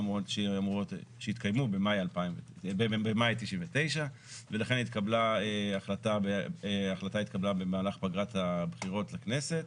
למעשה שהתקיימו במאי 99' ולכן ההחלטה התקבלה במהלך פגרת הבחירות לכנסת.